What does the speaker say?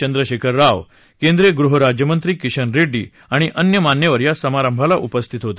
चंद्रशेखर राव केंद्रीय गृह राज्यमंत्री किशन रेङ्डी आणि अन्य मान्यवर या समारंभाला उपस्थित होते